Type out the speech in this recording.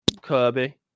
Kirby